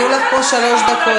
מאה אחוז,